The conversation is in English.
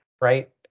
right